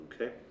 okay